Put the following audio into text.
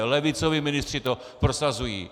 Levicoví ministři to prosazují.